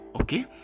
okay